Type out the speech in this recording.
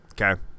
okay